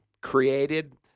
created